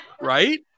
Right